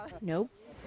Nope